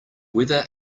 whether